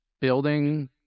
building